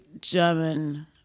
German